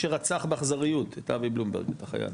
שרצח באכזריות את אבי בלומברג את החייל,